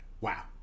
Wow